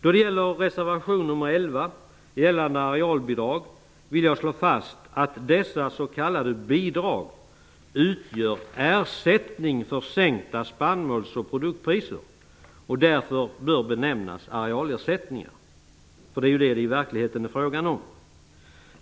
Då det gäller reservation nr 11 om arealbidrag vill jag slå fast att dessa s.k. bidrag utgör ersättning för sänkta spannmåls och produktpriser och därför bör benämnas arealersättningar. Det är vad det i verkligheten är frågan om.